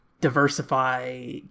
diversify